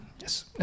Yes